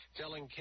telling